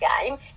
game